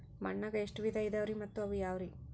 ಮಣ್ಣಾಗ ಎಷ್ಟ ವಿಧ ಇದಾವ್ರಿ ಮತ್ತ ಅವು ಯಾವ್ರೇ?